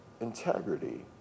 integrity